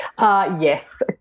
Yes